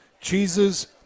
cheeses